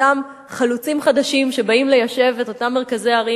אותם חלוצים חדשים שבאים ליישב את אותם מרכזי ערים,